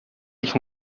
ich